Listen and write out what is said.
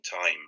time